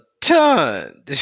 ton